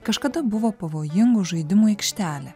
kažkada buvo pavojingų žaidimų aikštelę